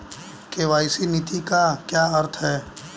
KYC नीति का क्या अर्थ है?